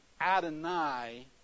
Adonai